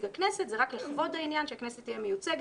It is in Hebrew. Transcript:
הכנסת זה רק לכבוד העניין שהכנסת תהיה מיוצגת,